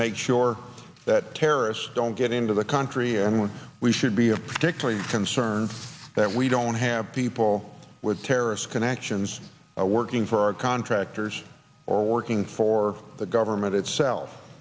make sure that terrorists don't get into the country and when we should be a particularly concerned that we don't have people with terrorist connections or working for our contractors or working for the government itself